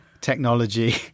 technology